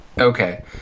Okay